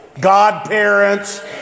godparents